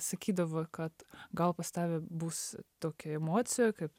sakydavo kad gal pas tave bus tokia emocija kaip